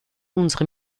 unsere